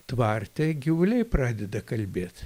tvarte gyvuliai pradeda kalbėt